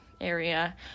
area